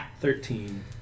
Thirteen